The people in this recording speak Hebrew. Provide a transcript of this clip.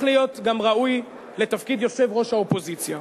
להיות גם ראוי לתפקיד יושב-ראש האופוזיציה.